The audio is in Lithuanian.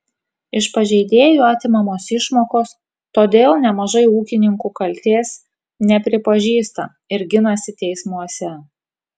iš pažeidėjų atimamos išmokos todėl nemažai ūkininkų kaltės nepripažįsta ir ginasi teismuose